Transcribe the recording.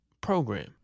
program